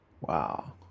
wow